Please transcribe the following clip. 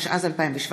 התשע"ז 2017,